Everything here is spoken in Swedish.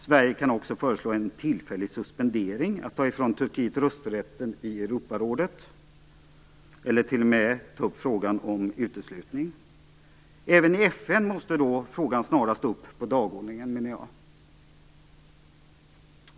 Sverige kan också föreslå en tillfällig suspendering, ta ifrån Turkiet rösträtten i Europarådet eller t.o.m. ta upp frågan om uteslutning. Även i FN måste då frågan snarast upp på dagordningen, menar jag.